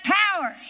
power